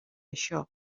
això